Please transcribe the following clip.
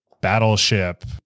battleship